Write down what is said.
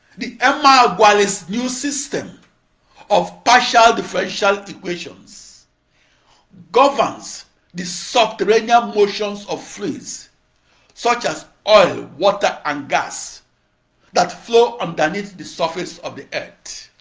the emeagwali's new system of partial differential equations governs the subterranean motions of fluids such as oil, water, and gas that flow underneath the surface of the earth.